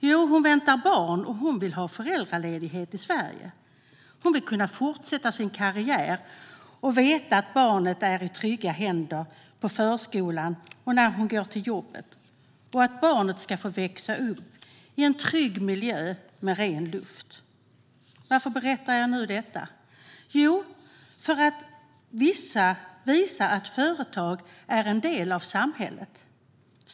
Jo, hon väntar barn, och hon vill ha föräldraledighet i Sverige. Hon vill kunna fortsätta sin karriär och veta att barnet är i trygga händer på förskolan när hon går till jobbet. Hon vill att barnet ska få växa upp i en trygg miljö med ren luft. Varför berättar jag nu detta? Jag gör det för att visa att företag är en del av samhället.